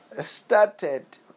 started